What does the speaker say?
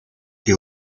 que